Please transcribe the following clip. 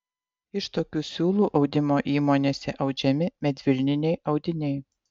iš tokių siūlų audimo įmonėse audžiami medvilniniai audiniai